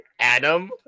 Adam